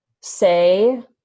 say